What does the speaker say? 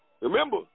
Remember